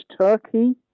Turkey